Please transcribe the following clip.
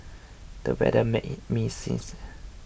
the weather made me sneeze